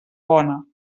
bona